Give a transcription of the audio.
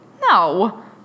No